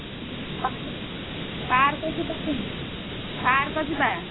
park park ଯିବା park ଯିବା